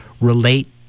relate